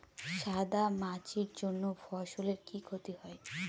সাদা মাছির জন্য ফসলের কি ক্ষতি হয়?